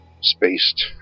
spaced